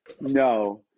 no